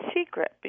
secret